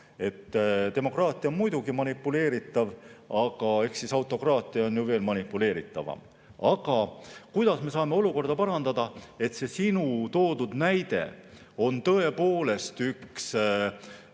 Demokraatia on muidugi manipuleeritav, aga autokraatia on ju veel manipuleeritavam. Aga kuidas me saame olukorda parandada? See sinu toodud näide on tõepoolest üks